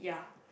yeah